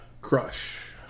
Crush